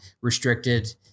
restricted